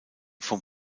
vom